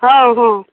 हँ हँ